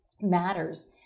matters